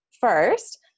first